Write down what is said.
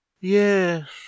yes